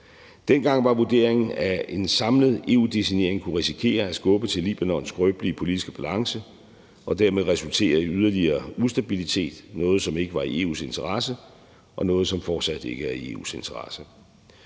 Dengang var vurderingen, at en samlet EU-designering kunne risikere at skubbe til Libanons skrøbelige politiske balance og dermed resultere i yderligere ustabilitet – noget, som ikke var i EU's interesse, og noget, som fortsat ikke er i EU's interesse.